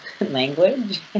language